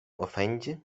ofendi